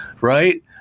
right